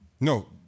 No